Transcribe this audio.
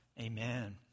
Amen